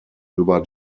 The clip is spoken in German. über